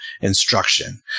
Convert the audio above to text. instruction